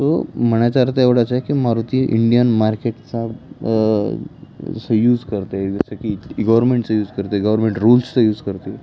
so म्हणायचा अर्थ एवढाच आहे की मारुती इंडियन मार्केटचा जसं यूज करते जसं की गव्हर्मेंटचं यूज करते गव्हर्मेंट रुल्सचं यूज करते